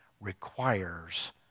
requires